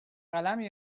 قلمم